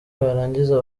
barangiza